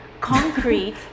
concrete